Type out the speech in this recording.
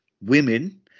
women